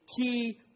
key